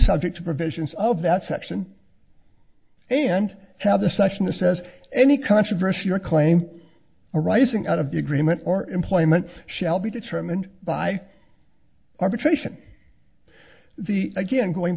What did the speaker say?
subject to provisions of that section and have the session to says any controversy or claim arising out of the agreement or employment shall be determined by arbitration the again going